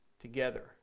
together